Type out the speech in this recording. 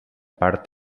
part